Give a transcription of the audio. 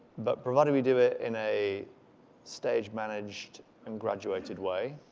but provided we do it in a stage managed and graduated way,